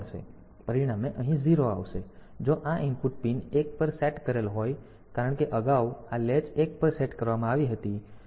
તેથી પરિણામે 0 અહીં આવશે તેથી જો આ ઇનપુટ પિન 1 પર સેટ કરેલ હોય તો પણ કારણ કે અગાઉ આ લેચ 1 પર સેટ કરવામાં આવી હતી